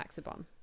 Maxibon